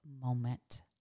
moment